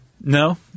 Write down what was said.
No